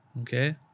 Okay